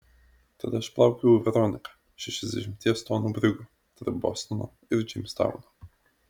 tada aš plaukiojau veronika šešiasdešimties tonų brigu tarp bostono ir džeimstauno